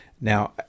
Now